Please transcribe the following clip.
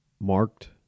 marked